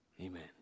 Amen